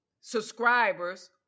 subscribers